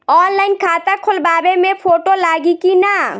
Online खाता खोलबाबे मे फोटो लागि कि ना?